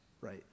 right